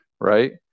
right